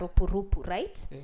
right